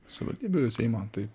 savivaldybių seimo tai